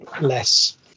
less